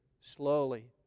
slowly